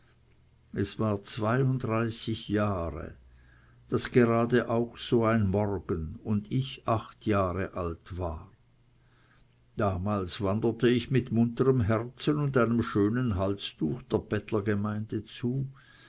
es war zweiunddreißig jahre daß gerade auch so ein morgen und ich acht jahre alt war damals wanderte ich mit munterem herzen und einem schönen halstuch der bettlergemeinde zu